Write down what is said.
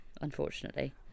unfortunately